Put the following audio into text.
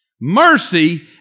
mercy